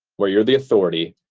where you're the authority?